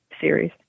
series